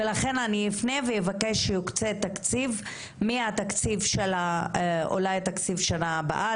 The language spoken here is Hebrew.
לכן אני אפנה ואבקש שיוקצה תקציב אולי מתקציב שנה הבאה.